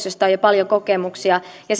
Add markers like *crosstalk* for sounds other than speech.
*unintelligible* josta on jo paljon kokemuksia ja *unintelligible*